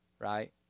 right